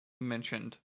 mentioned